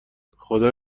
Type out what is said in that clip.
خدا